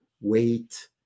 weight